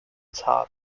top